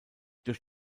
durch